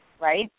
right